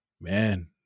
man